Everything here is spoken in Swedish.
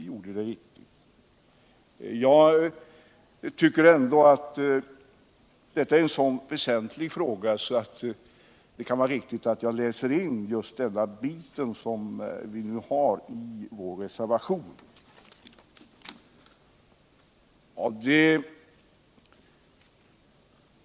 Jag tycker ändå att detta är en så väsentlig fråga att det kan vara riktigt att jag läser upp vad som står i vår reservation.